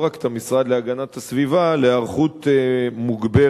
לא רק את המשרד להגנת הסביבה, להיערכות מוגברת.